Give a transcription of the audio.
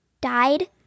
died